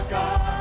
God